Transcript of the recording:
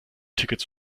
tickets